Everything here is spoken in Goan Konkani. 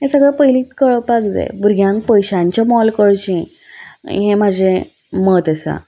हें सगळें पयलींच कळपाक जाय भुरग्यांक पयशांचें मोल कळचें हें म्हजें मत आसा